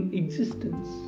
existence